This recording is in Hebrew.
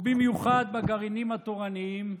ובמיוחד בגרעינים התורניים,